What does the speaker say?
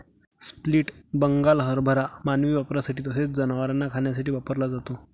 split Bengal हरभरा मानवी वापरासाठी तसेच जनावरांना खाण्यासाठी वापरला जातो